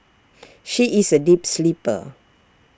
she is A deep sleeper